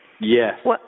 Yes